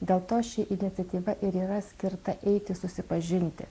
dėl to ši iniciatyva ir yra skirta eiti susipažinti